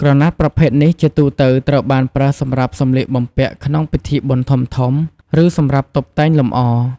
ក្រណាត់ប្រភេទនេះជាទូទៅត្រូវបានប្រើសម្រាប់សំលៀកបំពាក់ក្នុងពិធីបុណ្យធំៗ ឬសម្រាប់តុបតែងលម្អ។